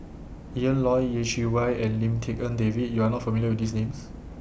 Ian Loy Yeh Chi Wei and Lim Tik En David YOU Are not familiar with These Names